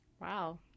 Wow